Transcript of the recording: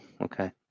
okay